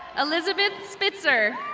elizabeth spitzer.